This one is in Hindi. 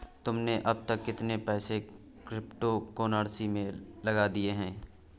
तुमने अब तक कितने पैसे क्रिप्टो कर्नसी में लगा दिए हैं?